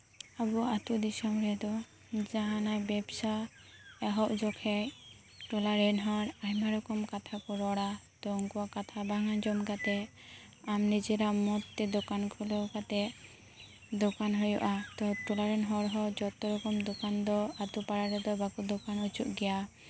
ᱟᱵᱚᱣᱟᱜ ᱟᱛᱳ ᱫᱤᱥᱚᱢ ᱨᱮᱫᱚ ᱡᱟᱦᱟᱱᱟᱜ ᱵᱮᱯᱥᱟ ᱮᱦᱚᱵ ᱡᱚᱠᱷᱮᱡ ᱴᱚᱞᱟᱨᱮᱱ ᱦᱚᱲ ᱟᱭᱢᱟ ᱨᱚᱠᱚᱢ ᱠᱟᱛᱷᱟᱠᱚ ᱨᱚᱲᱟ ᱛᱚ ᱩᱱᱠᱩᱣᱟᱜ ᱠᱟᱛᱷᱟ ᱵᱟᱝ ᱟᱸᱡᱚᱢ ᱠᱟᱛᱮᱫ ᱟᱢ ᱱᱤᱡᱮᱨᱟᱜ ᱢᱚᱛ ᱛᱮ ᱫᱚᱠᱟᱱ ᱠᱷᱩᱞᱟᱹᱣ ᱠᱟᱛᱮᱫ ᱫᱚᱠᱟᱱ ᱦᱩᱭᱩᱜᱼᱟ ᱴᱚᱞᱟᱨᱮᱱ ᱦᱚᱲᱦᱚ ᱡᱚᱛᱚ ᱨᱚᱠᱚᱢ ᱫᱚᱠᱟᱱ ᱫᱚ ᱟᱛᱩᱯᱟᱲᱟ ᱨᱮᱫᱚ ᱵᱟᱠᱚ ᱫᱚᱠᱟᱱ ᱦᱚᱪᱚᱣᱟᱜ ᱜᱮᱭᱟ